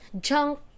junk